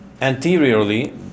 Anteriorly